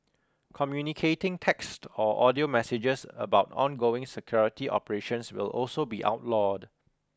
communicating text or audio messages about ongoing security operations will also be outlawed